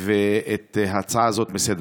את ההצעה הזאת מסדר-היום.